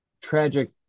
Tragic